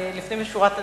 לפנים משורת הדין,